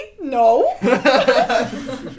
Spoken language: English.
No